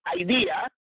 idea